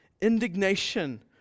indignation